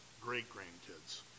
great-grandkids